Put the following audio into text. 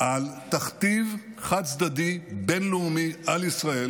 על תכתיב חד-צדדי בין-לאומי על ישראל